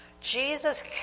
Jesus